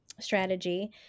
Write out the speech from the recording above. strategy